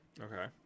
Okay